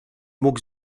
mógł